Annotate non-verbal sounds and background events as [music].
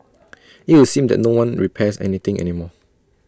[noise] IT would seem that no one repairs any thing any more